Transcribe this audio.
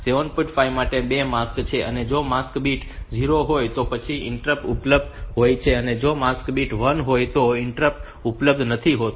5 માટે 2 માસ્ક છે અને જો માસ્ક બીટ 0 હોય તો પછી ઇન્ટરપ્ટ ઉપલબ્ધ હોય છે અને જો માસ્ક બીટ 1 હોય તો ઇન્ટરપ્ટ ઉપલબ્ધ નથી હોતો